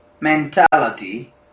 mentality